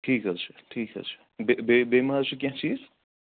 ٹھیٖک حظ چھُ ٹھیٖک حظ چھُ بیٚیہِ بیٚیہِ مَہ حظ چھُ کیٚنہہ چیٖز